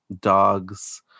dog's